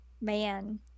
Man